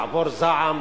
ויעבור זעם,